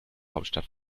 hauptstadt